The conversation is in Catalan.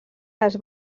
les